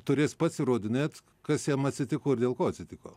turės pats įrodinėt kas jam atsitiko ir dėl ko atsitiko